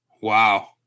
Wow